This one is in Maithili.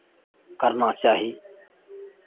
करना चाही